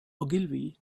ogilvy